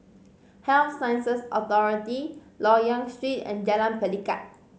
Health Sciences Authority Loyang Street and Jalan Pelikat